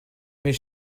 mes